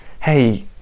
Hey